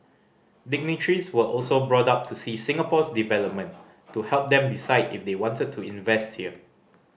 dignitaries were also brought up to see Singapore's development to help them decide if they wanted to invest here